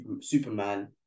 Superman